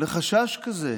לחשש כזה?